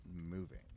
moving